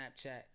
Snapchat